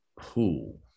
pool